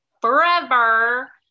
Forever